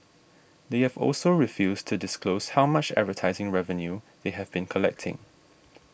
they have also refused to disclose how much advertising revenue they have been collecting